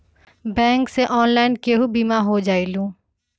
Bank से online केहु बिमा हो जाईलु?